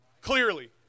Clearly